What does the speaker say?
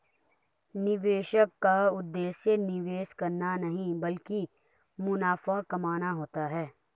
निवेशक का उद्देश्य निवेश करना नहीं ब्लकि मुनाफा कमाना होता है